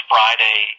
Friday